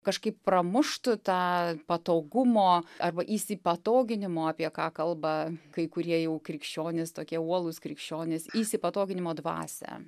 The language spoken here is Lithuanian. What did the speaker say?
kažkaip pramuštų tą patogumo arba įsipatoginimo apie ką kalba kai kurie jau krikščionys tokie uolūs krikščionys įsipatoginimo dvasią